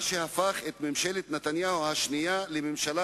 מה שהפך את ממשלת נתניהו השנייה לממשלה